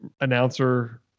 announcer